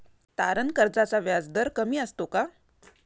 तारण कर्जाचा व्याजदर कमी असतो का?